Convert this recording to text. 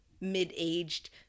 mid-aged